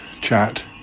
chat